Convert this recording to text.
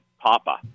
papa